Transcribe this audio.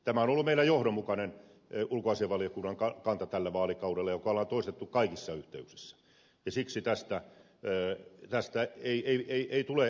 tämä on ollut meillä tälle vaalikaudelle johdonmukainen ulkoasiainvaliokunnan kanta joka on toistettu kaikissa yhteyksissä ja siksi tästä ei tule tinkiä